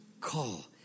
Call